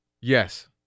Yes